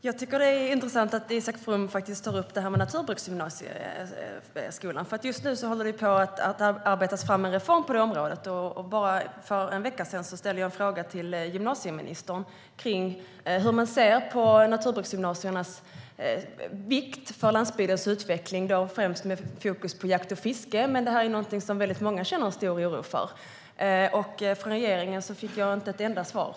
Herr talman! Jag tycker att det är intressant att Isak From tar upp detta med naturbruksgymnasieskolan. Just nu håller det på att arbetas fram en reform på det området. Bara för en vecka sedan ställde jag frågan till gymnasieministern om hur man ser på naturbruksgymnasiernas betydelse för landsbygdens utveckling, främst med fokus på jakt och fiske som väldigt många känner en stor oro för. Jag har inte fått ett enda svar från regeringen.